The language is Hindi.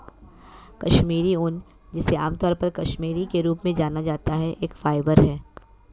कश्मीरी ऊन, जिसे आमतौर पर कश्मीरी के रूप में जाना जाता है, एक फाइबर है